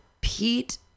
Pete